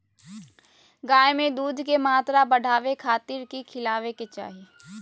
गाय में दूध के मात्रा बढ़ावे खातिर कि खिलावे के चाही?